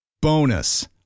Bonus